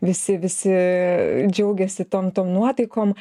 visi visi džiaugiasi tom tom nuotaikom